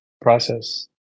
process